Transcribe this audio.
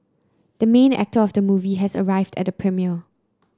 the main actor of the movie has arrived at the premiere